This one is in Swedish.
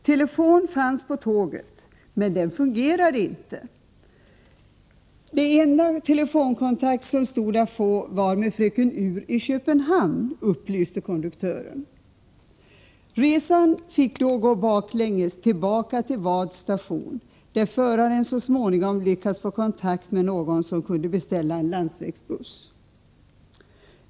Telefon fanns på tåget, men den fungerade inte — den enda telefonkontakt som stod att få var med Fröken ur i Köpenhamn, upplyste konduktören. Resan gick då baklänges tillbaka till stationen i Vad, där föraren så småningom lyckades få kontakt med någon som kunde beställa en landsvägsbuss.